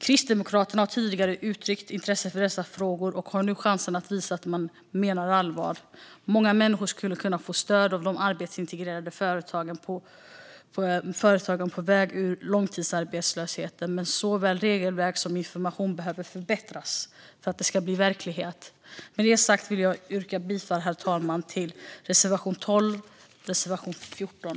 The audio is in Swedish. Kristdemokraterna har tidigare uttryckt intresse för dessa frågor och har nu chansen att visa att man menar allvar. Många människor skulle kunna få stöd av de arbetsintegrerande företagen på vägen ut ur långtidsarbetslöshet, men såväl regelverk som information behöver förbättras för att det ska bli verklighet. Med det sagt, herr talman, vill jag yrka bifall till reservation 12 och reservation 14.